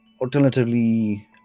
Alternatively